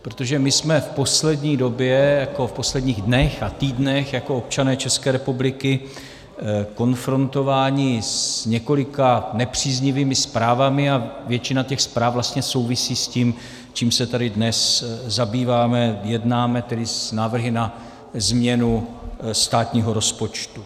Protože my jsme v poslední době, v posledních dnech a týdnech, jako občané České republiky konfrontováni s několika nepříznivými zprávami a většina těch zpráv vlastně souvisí s tím, čím se tady dnes zabýváme, jednáme, tedy s návrhy na změnu státního rozpočtu.